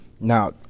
Now